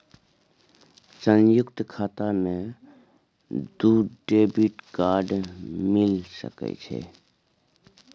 संयुक्त खाता मे दू डेबिट कार्ड मिल सके छै?